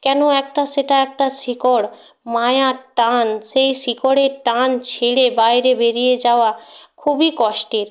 কেন একটা সেটা একটা শিকড় মায়ার টান সেই শিকড়ের টান ছিঁড়ে বাইরে বেরিয়ে যাওয়া খুবই কষ্টের